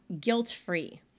guilt-free